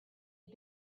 had